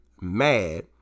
mad